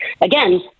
again